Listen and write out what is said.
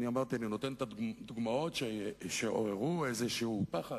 אני אמרתי, אני נותן את הדוגמאות שעוררו איזה פחד